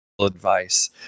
advice